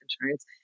insurance